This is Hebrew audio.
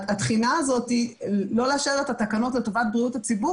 התחינה הזאת לא לאשר את התקנות לטובת בריאות הציבור,